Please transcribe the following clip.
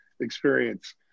experience